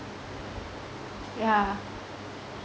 yeah